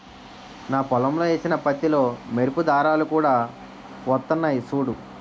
నా పొలంలో ఏసిన పత్తిలో మెరుపు దారాలు కూడా వొత్తన్నయ్ సూడూ